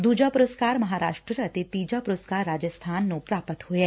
ਦੂਜਾ ਪੁਰਸਕਾਰ ਮਹਾਰਾਸਟਰ ਅਤੇ ਤੀਜਾ ਪੁਰਸਕਾਰ ਰਾਜਸਥਾਨ ਨੂੰ ਹਾਸਲ ਹੋਇਐ